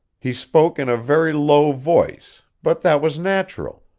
he spoke in a very low voice, but that was natural,